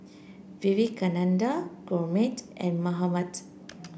Vivekananda Gurmeet and Mahatma